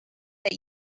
that